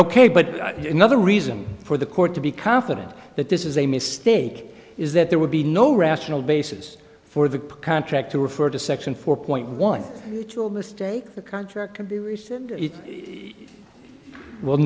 ok but another reason for the court to be confident that this is a mistake is that there would be no rational basis for the contract to refer to section four point one it will mistake the contract